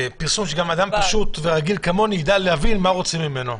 ופרסום שגם אדם פשוט ורגיל כמוני ידע להבין מה רוצים ממנו.